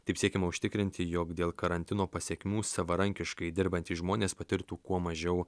taip siekiama užtikrinti jog dėl karantino pasekmių savarankiškai dirbantys žmonės patirtų kuo mažiau